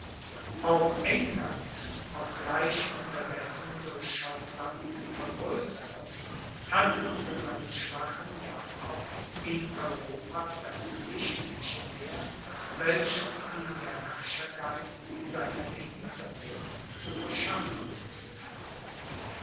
auch england obgleich unterdessen durch schottland vergrößert hatte unter seinem schwachen jakob in europa das gewicht nicht mehr welches ihm der herrschergeist seiner elisabeth zu verschaffen gewußt hatte